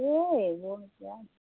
সেই এইবোৰ এতিয়া